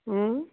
હં